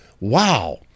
Wow